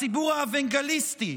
הציבור האוונגליסטי.